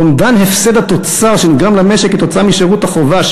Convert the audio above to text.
אומדן הפסד התוצר שנגרם למשק כתוצאה משירות החובה,